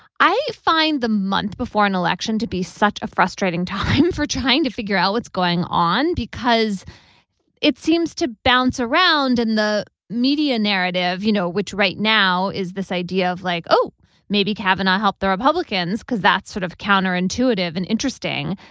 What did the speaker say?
i find the month before an election to be such a frustrating time for trying to figure out what's going on because it seems to bounce around in the media narrative you know which right now is this idea of like oh maybe can i help the republicans because that's sort of counterintuitive and interesting.